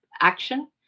action